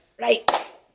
right